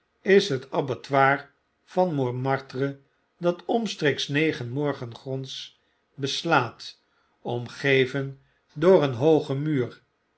is het abattoir van montmartre dat omstreeks negen morgen gronds beslaat omgeven door een hoogen muur